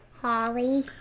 Holly